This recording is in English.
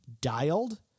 dialed